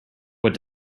what